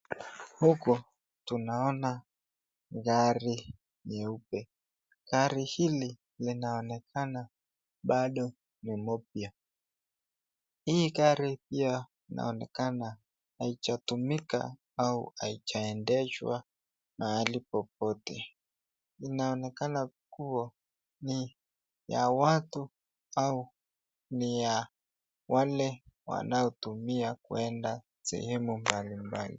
Huku tunaona gari nyeupe. Gari hili linaonekana bado ni mpya. Hii gari pia inaonekana haijatumika au haijaendeshwa mahali popote. Inaonekana kuwa ni ya watu au ni ya wale wanaotumia kuenda sehemu mbalimbali.